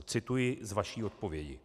Cituji z vaší odpovědi.